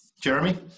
Jeremy